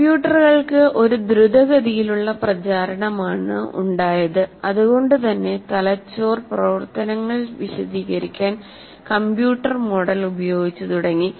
കമ്പ്യൂട്ടറുകൾക്കു ഒരു ദ്രുതഗതിയിലുള്ള പ്രചാരമാണ് ഉണ്ടായത് അതുകൊണ്ടു തന്നെ തലച്ചോർ പ്രവർത്തനങ്ങൾ വിശദീകരിക്കാൻ കമ്പ്യൂട്ടർ മോഡൽ ഉപയോഗിച്ചു തുടങ്ങി